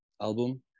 album